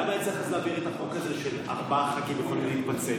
למה היה צריך להעביר את החוק הזה שלפיו ארבעה ח"כים יכולים להתפצל?